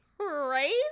crazy